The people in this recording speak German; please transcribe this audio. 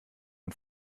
und